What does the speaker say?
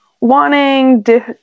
wanting